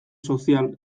sozial